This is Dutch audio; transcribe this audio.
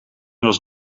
was